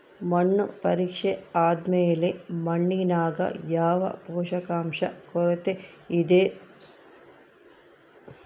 ಮಣ್ಣು ಪರೀಕ್ಷೆ ಆದ್ಮೇಲೆ ಮಣ್ಣಿನಾಗ ಯಾವ ಪೋಷಕಾಂಶ ಕೊರತೆಯಿದೋ ಆ ಪೋಷಾಕು ಭೂಮಿಗೆ ಕೊಡ್ಬೇಕು